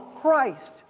Christ